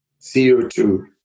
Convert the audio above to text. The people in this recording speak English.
CO2